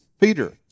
Peter